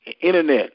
Internet